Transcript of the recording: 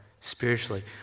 spiritually